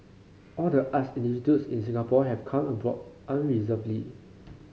all the arts institutes in Singapore have come aboard unreservedly